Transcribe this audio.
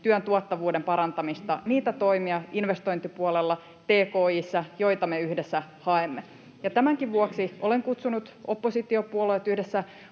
työn tuottavuuden parantamista, niitä toimia investointipuolella, tki:ssä, joita me yhdessä haemme. Tämänkin vuoksi olen kutsunut oppositiopuolueet yhdessä